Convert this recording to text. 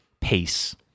pace